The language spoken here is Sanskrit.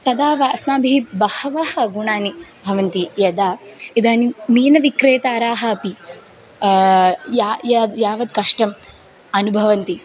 तदा वा अस्माभिः बहवः गुणाः भवन्ति यदा इदानीं मीनविक्रेतारः अपि या या यावत् कष्टम् अनुभवन्ति